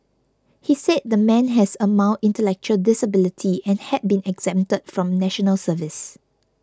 he said the man has a mild intellectual disability and had been exempted from National Service